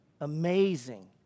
amazing